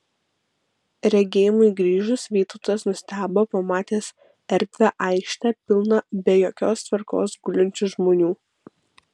regėjimui grįžus vytautas nustebo pamatęs erdvią aikštę pilną be jokios tvarkos gulinčių žmonių